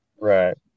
right